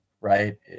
Right